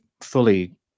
fully